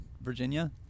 Virginia